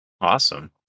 Awesome